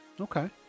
Okay